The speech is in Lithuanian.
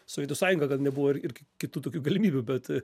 sovietų sąjungoj gal nebuvo ir kitų tokių galimybių bet